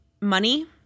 Money